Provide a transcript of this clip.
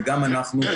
וגם אנחנו,